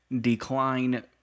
decline